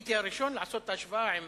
הייתי הראשון שעשה את ההשוואה עם